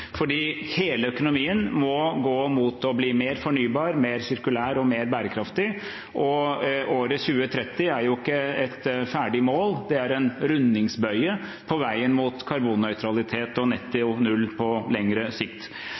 fordi hele økonomien må gå mot å bli mer fornybar, mer sirkulær og mer bærekraftig. Året 2030 er jo ikke et ferdig mål, det er en rundingsbøye på veien mot karbonnøytralitet og netto null på lengre sikt.